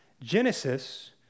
Genesis